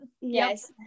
Yes